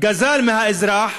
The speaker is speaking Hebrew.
גזל מהאזרח